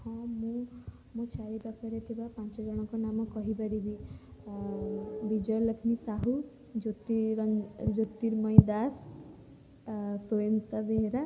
ହଁ ମୁଁ ମୋ ଚାରିପାଖରେ ଥିବା ପାଞ୍ଚଜଣଙ୍କ ନାମ କହିପାରିବି ଆ ବିଜୟଲକ୍ଷ୍ମୀ ସାହୁ ଜ୍ୟୋତି ରନ ଜ୍ୟୋର୍ତିମୟୀ ଦାସ ସ୍ୱୟଂସା ବେହେରା